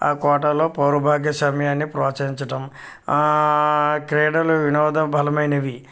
ఆ కోటాలో పౌరబాగ్య సమయాన్ని ప్రోత్సహించటం క్రీడలు వినోద బలమైనవి